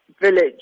village